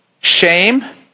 Shame